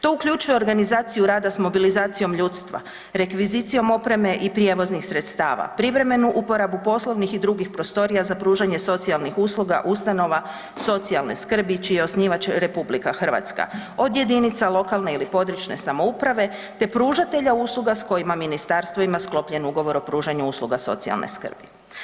To uključuje organizaciju rada s mobilizacijom ljudstva, rekvizicijom opreme i prijevoznih sredstava, privremenu uporabu poslovnih i drugih prostorija za pružanje socijalnih usluga ustanova socijalne skrbi čiji je osnivač RH, od jedinica lokalne ili područne samouprave, te pružatelja usluga s kojima ministarstvo ima sklopljen Ugovor o pružanju usluga socijalne skrbi.